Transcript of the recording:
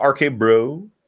RK-Bro